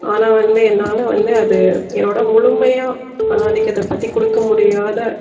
ஆனால் வந்து என்னால் வந்து அது என்னோட முழுமையாக ஆண் ஆதிக்கத்தை பற்றி கொடுக்க முடியாத